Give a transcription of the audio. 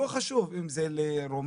לא חשוב אם זה לרומניה,